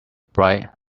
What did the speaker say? bright